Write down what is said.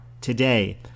today